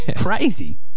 crazy